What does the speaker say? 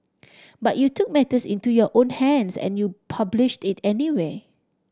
but you took matters into your own hands and you published it anyway